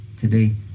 today